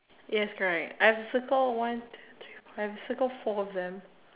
yes correct I've circled one two three four I've circled four of them